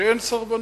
שאין סרבנות.